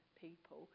people